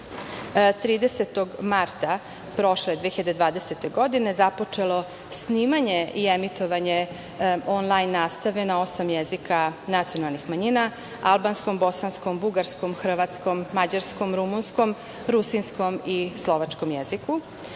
30. marta 2020. godine započelo je snimanje i emitovanje onlajn nastave na osam jezika nacionalnih manjina: albanskom, bosanskom, bugarskom, hrvatskom, mađarskom, rumunskom, rusinskom i slovačkom jeziku.O